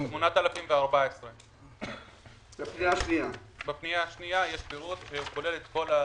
בפנייה 8014. בפנייה הבאה יש פירוט שכולל את כל הסעיפים.